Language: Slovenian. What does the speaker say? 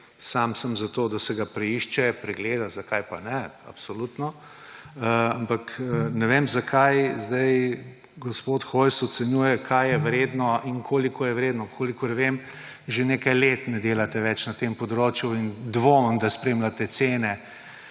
sam sem za to, da se ga preišče, pregleda, zakaj pa ne, absolutno, ampak ne vem, zakaj zdaj gospod Hojs ocenjuje, kaj je vredno in koliko je vredno. Kolikor vem, že nekaj let ne delate več na tem področju in dvomim, da spremljate cene,